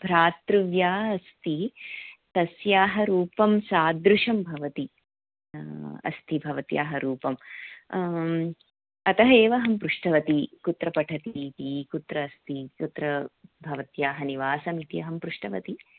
भ्रातृव्या अस्ति तस्याः रूपं सादृशं भवती अस्ति भवत्याः रूपम् अतः एव अहं पृष्टवती कुत्र पठति इति कुत्र अस्ति कुत्र भवत्याः निवासमस्ति अहं पृष्टवती